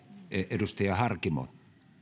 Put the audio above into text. edustaja harkimo